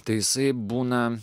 taisai būna